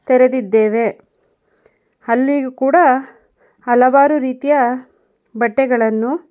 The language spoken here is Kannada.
ತೆರೆದಿದ್ದೇವೆ ಅಲ್ಲಿಯೂ ಕೂಡ ಹಲವಾರು ರೀತಿಯ ಬಟ್ಟೆಗಳನ್ನು